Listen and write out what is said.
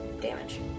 damage